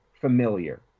familiar